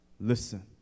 Listen